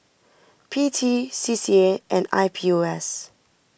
P T C C A and I P O S